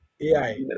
AI